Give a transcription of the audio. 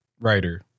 writer